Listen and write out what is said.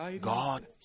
God